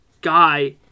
guy